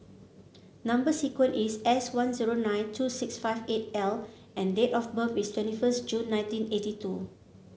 number sequence is S one zero nine two six five eight L and date of birth is twenty first June nineteen eighty two